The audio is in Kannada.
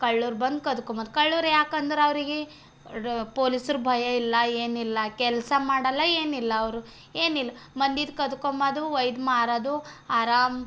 ಕಳ್ಳರು ಬಂದು ಕದ್ಕೊಂಬೋದು ಕಳ್ಳರು ಯಾಕಂದ್ರೆ ಅವ್ರಿಗೆ ಪೊಲೀಸ್ರ ಭಯ ಇಲ್ಲ ಏನಿಲ್ಲ ಕೆಲಸ ಮಾಡಲ್ಲ ಏನಿಲ್ಲ ಅವರು ಏನಿಲ್ಲ ಮಂದಿದ್ದು ಕದ್ಕೊಂಬಂದು ಒಯ್ದು ಮಾರೋದು ಆರಾಮ್